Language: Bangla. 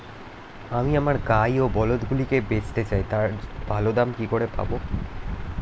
আমি আমার গাই ও বলদগুলিকে বেঁচতে চাই, তার ভালো দাম কি করে পাবো?